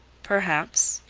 perhaps.